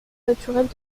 naturelle